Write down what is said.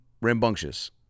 rambunctious